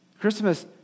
Christmas